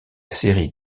série